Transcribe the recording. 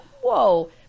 whoa